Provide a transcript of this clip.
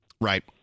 Right